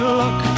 look